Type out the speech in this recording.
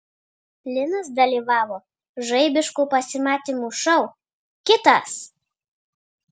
linas dalyvavo žaibiškų pasimatymų šou kitas